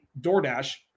DoorDash